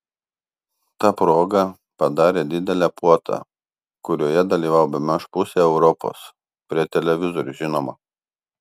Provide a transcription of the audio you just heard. ta proga padarė didelę puotą kurioje dalyvavo bemaž pusė europos prie televizorių žinoma